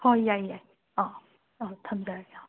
ꯍꯣꯏ ꯌꯥꯏ ꯌꯥꯏ ꯑꯑꯣꯍ ꯑꯑꯣꯍ ꯊꯝꯖꯔꯒꯦ